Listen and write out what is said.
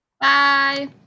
Bye